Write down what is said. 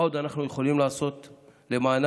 מה עוד אנחנו יכולים לעשות למענם.